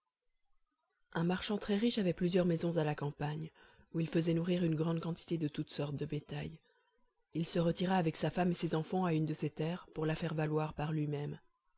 un marchand très-riche avait plusieurs maisons à la campagne où il faisait nourrir une grande quantité de toute sorte de bétail il se retira avec sa femme et ses enfants à une de ses terres pour la faire valoir par lui-même